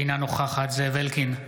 אינה נוכחת זאב אלקין,